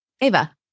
Eva